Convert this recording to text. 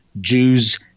Jews